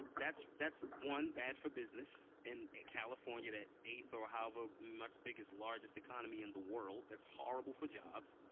that's that's, one, bad for business in california, the eighth or however much biggest largest economy in the world. that's horrible for jobs,